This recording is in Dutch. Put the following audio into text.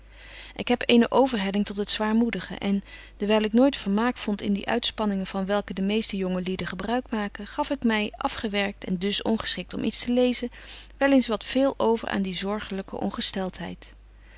ik heb eene overhelling tot het zwaarmoedige en dewyl ik nooit vermaak vond in die uitspanningen van welken de meeste jonge lieden gebruik maken gaf ik my afgewerkt en dus ongeschikt om iets te lezen wel eens betje wolff en aagje deken historie van mejuffrouw sara burgerhart wat veel over aan die zorgelyke